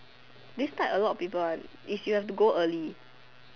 this type a lot of people one is you have to go early